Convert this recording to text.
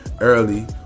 early